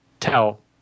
Tell